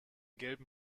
gelben